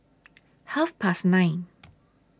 Half Past nine